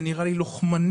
זה נראה לי לוחמני,